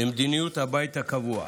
למדיניות הבית הקבוע.